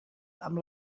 amb